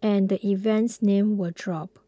and the event's name was dropped